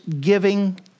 giving